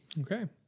Okay